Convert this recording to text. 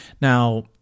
now